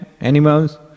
animals